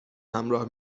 همراه